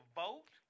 vote